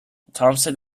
thompson